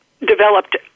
developed